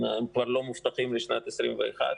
הם כבר לא מובטחים לשנת 2021,